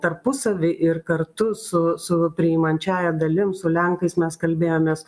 tarpusavy ir kartu su su priimančiąja dalim su lenkais mes kalbėjomės